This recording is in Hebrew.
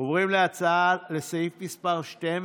שהוצמדה להצעת החוק הממשלתית: